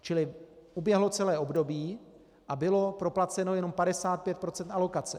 Čili uběhlo celé období a bylo proplaceno jenom 55 % alokace.